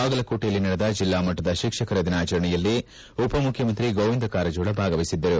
ಬಾಗಲಕೋಟೆಯಲ್ಲಿ ನಡೆದ ಜಿಲ್ಲಾ ಮಟ್ಟದ ಶಿಕ್ಷಕರ ದಿನಾಚರಣೆಯಲ್ಲಿ ಉಪಮುಖ್ಯಮಂತ್ರಿ ಗೋವಿಂದ ಕಾರಜೋಳ ಭಾಗವಹಿಸಿದ್ದರು